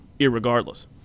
irregardless